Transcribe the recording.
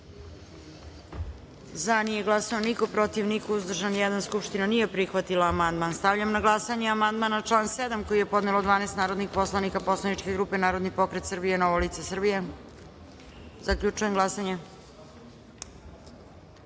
glasanje: za – niko, protiv – niko, uzdržan – jedan. Skupština nije prihvatila amandman. Stavljam na glasanje amandman na član 7. koji je podnelo 12 narodnih poslanika poslaničke grupe Narodni pokret Srbije – Novo lice Srbije. Zaključujem glasanje: